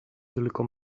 tylko